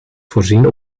voorzien